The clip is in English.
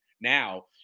now